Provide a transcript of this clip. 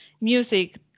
music